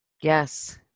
Yes